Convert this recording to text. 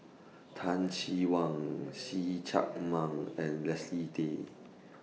Teh Cheang Wan See Chak Mun and Leslie Tay